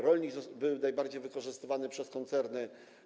Rolnik był najbardziej wykorzystywany przez koncerny.